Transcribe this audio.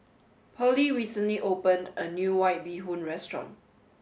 Pearley recently opened a new White Bee Hoon restaurant